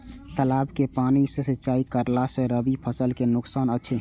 तालाब के पानी सँ सिंचाई करला स रबि फसल के नुकसान अछि?